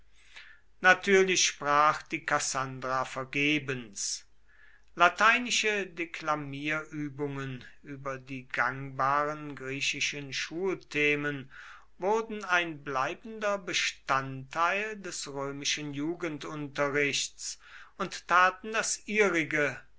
natürlich sprach die kassandra vergebens lateinische deklamierübungen über die gangbaren griechischen schulthemen wurden ein bleibender bestandteil des römischen jugendunterrichts und taten das ihrige